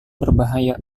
berbahaya